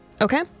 Okay